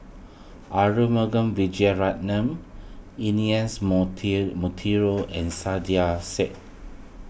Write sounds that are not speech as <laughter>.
Arumugam Vijiaratnam Ernest <unintelligible> Monteiro and Saiedah Said